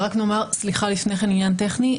רק עניין טכני,